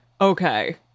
Okay